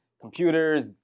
computers